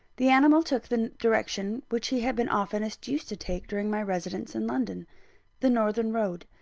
the animal took the direction which he had been oftenest used to take during my residence in london the northern road.